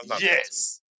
Yes